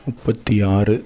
முப்பத்து ஆறு